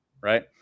right